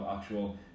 actual